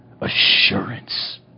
assurance